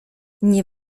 nie